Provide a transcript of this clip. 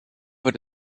wird